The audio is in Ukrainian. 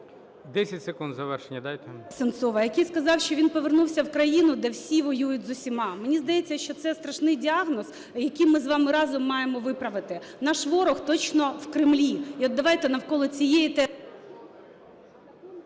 10 секунд завершення дайте.